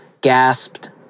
gasped